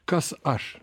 kas aš